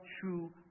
true